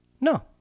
No